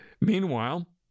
Meanwhile